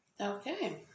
Okay